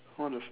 what is